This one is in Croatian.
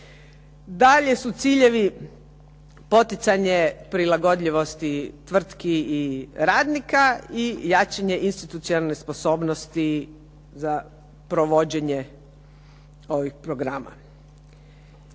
Dalje su ciljevi poticanje prilagodljivosti tvrtki i radnika i jačanje institucionalne sposobnosti za provođenje ovih programa.